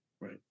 Right